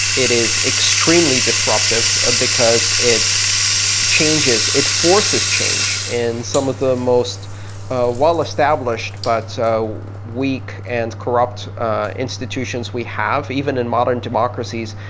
it is extremely disruptive ah because it changes, it forces change, and some of the most ah well-established but so weak and corrupt institutions we have, even in modern democracies,